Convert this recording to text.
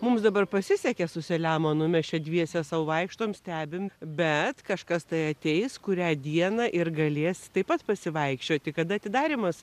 mums dabar pasisekė su selemonu mes čia dviese sau vaikštom stebim bet kažkas tai ateis kurią dieną ir galės taip pat pasivaikščioti kada atidarymas